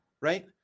Right